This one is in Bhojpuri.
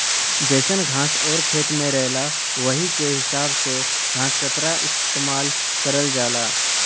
जइसन घास आउर खेत रहला वही के हिसाब से घसकतरा इस्तेमाल करल जाला